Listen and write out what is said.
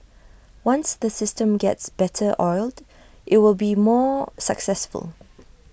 once the system gets better oiled IT will be more successful